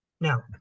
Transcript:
now